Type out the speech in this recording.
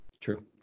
True